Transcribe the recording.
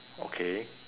okay